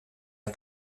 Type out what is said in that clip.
der